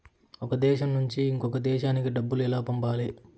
ఒక దేశం నుంచి ఇంకొక దేశానికి డబ్బులు ఎలా పంపాలి?